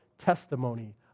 testimony